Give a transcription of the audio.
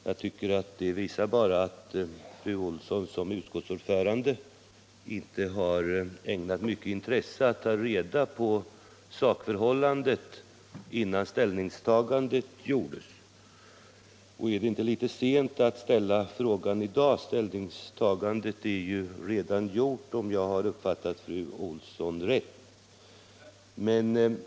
Jag tycker att det visar att fru Olsson som utskottsordförande inte har ägnat mycket intresse åt att ta reda på sakförhållandet innan ställningstagandet gjordes. Är det inte litet sent att ställa frågan i dag? Ställningstagandet för fru Olssons del är ju redan gjort, om jag har uppfattat fru Olsson rätt.